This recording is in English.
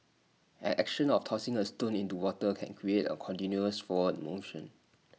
an action of tossing A stone into water can create A continuous forward motion